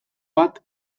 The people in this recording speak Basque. bat